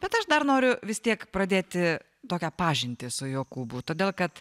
bet aš dar noriu vis tiek pradėti tokią pažintį su jokūbu todėl kad